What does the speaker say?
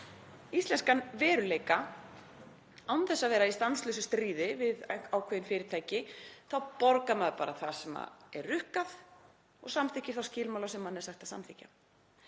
íslenskan veruleika, án þess að vera í stanslausu stríði við ákveðin fyrirtæki, þá borgar maður bara það sem er rukkað og samþykkir þá skilmála sem manni er sagt að samþykkja.